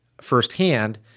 firsthand